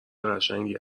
قشنگی